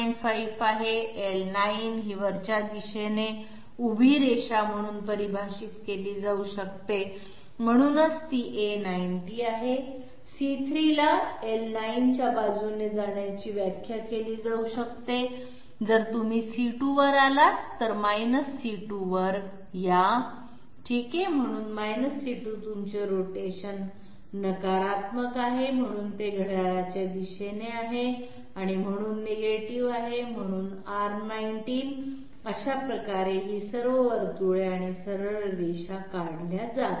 5 आहे l9 ही वरच्या दिशेने उभी रेषा म्हणून परिभाषित केली जाऊ शकते म्हणूनच ती A90 आहे c3 ला l9 च्या बाजूने जाण्याची व्याख्या केली जाऊ शकते जर तुम्ही c2 वर आलात तर c2 वर या ठीक आहे म्हणून c2 तुमचे रोटेशन नकारात्मक आहे आणि म्हणून ते घड्याळाच्या दिशेने आहे आणि म्हणून ऋण आहे म्हणून R 19 अशा प्रकारे ही सर्व वर्तुळे आणि सरळ रेषा काढल्या जात आहेत